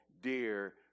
dear